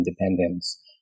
Independence